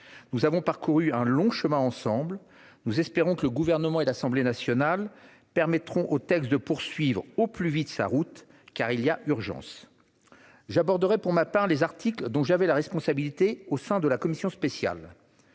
Nous avons parcouru un long chemin ensemble et nous espérons que le Gouvernement et l'Assemblée nationale permettront au texte de poursuivre sa route dans les meilleurs délais, car il y a urgence. J'aborderai, pour ma part, les articles dont j'avais la responsabilité au sein de la commission spéciale.